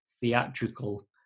theatrical